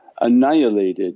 annihilated